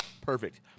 Perfect